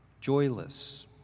joyless